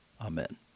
Amen